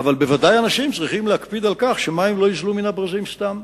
אבל בוודאי אנשים צריכים להקפיד על כך שמים לא ייזלו מן הברזים סתם.